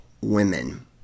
women